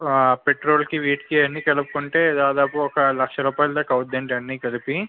పెట్రోల్కి వీటికీ అన్నీ కలుపుకుంటే దాదాపు ఓక లక్ష రూపాయల దాకా అవుతుందండి అన్నీ కలిపి